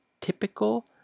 typical